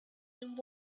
and